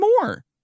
more